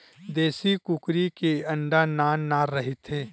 देसी कुकरी के अंडा नान नान रहिथे